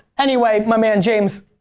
anyway my man, james,